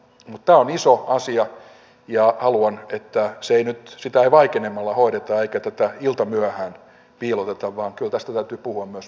mutta tämä on iso asia ja haluan että sitä ei vaikenemalla hoideta eikä tätä iltamyöhään piiloteta vaan kyllä tästä täytyy puhua myös päivänvalon aikana